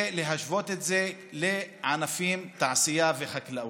ולהשוות את זה לענפי התעשייה והחקלאות.